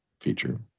feature